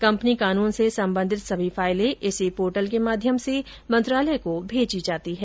company कानून से संबंधित सभी फाइलें इसी पोर्टल के माध्यम से मंत्रालय को भेजी जाती हैं